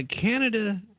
Canada